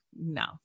no